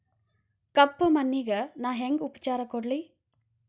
ಕಪ್ಪ ಮಣ್ಣಿಗ ನಾ ಹೆಂಗ್ ಉಪಚಾರ ಕೊಡ್ಲಿ?